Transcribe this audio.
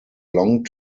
long